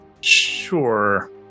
Sure